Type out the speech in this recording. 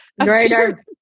Greater